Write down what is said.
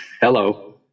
Hello